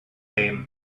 lame